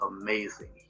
amazing